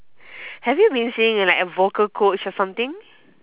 have you been seeing like a vocal coach or something